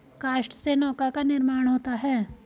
काष्ठ से नौका का निर्माण होता है